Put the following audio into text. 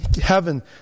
heaven